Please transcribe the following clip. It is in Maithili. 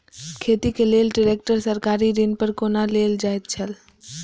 खेती के लेल ट्रेक्टर सरकारी ऋण पर कोना लेल जायत छल?